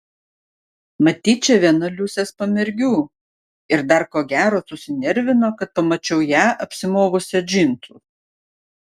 matyt čia viena liusės pamergių ir dar ko gero susinervino kad pamačiau ją apsimovusią džinsus